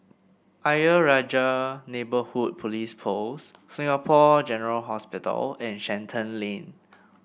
Ayer Rajah Neighbourhood Police Post Singapore General Hospital and Shenton Lane